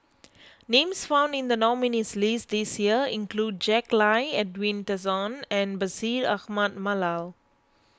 names found in the nominees' list this year include Jack Lai Edwin Tessensohn and Bashir Ahmad Mallal